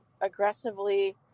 aggressively